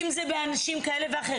אם זה מאנשים כאלה ואחרים,